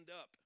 up